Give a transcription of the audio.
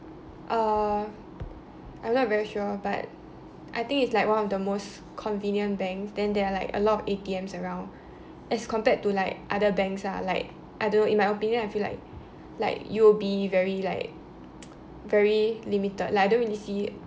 uh I'm not very sure but I think it's like one of the most convenient banks then there are like a lot of A_T_Ms around as compared like other banks ah like I don't know in my opinion I feel like like U_O_B very like very limited like I don't really see